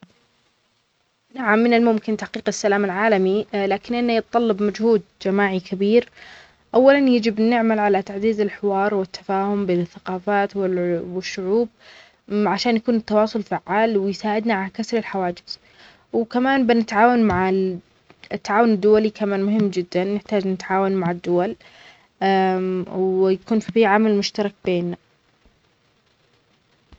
نعم من الممكن تحقيق السلام العالمي لكن انه يتطلب مجهود جماعي كبير اولًا يجب أن عمل على تعزيز الحوار والتفاهم بين الثقافات والشعوب عشان يكون التواصل فعال ويساعدنا على كسر الحواجز وكمان بنتعاون مع التعاون الدولي كمان مهم جدا نحتاج نتعاون مع الدول ويكون في عمل مشترك بينا.